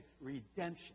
redemption